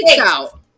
out